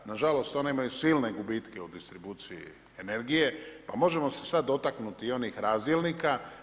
Nažalost one imaju sile gubitke u distribuciji energije pa se možemo sad dotaknuti i onih razdjelnika.